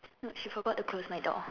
no she forgot to close my door